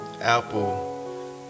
Apple